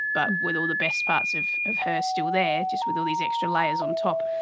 but with all the best parts of of her still there, just with all these extra layers on top.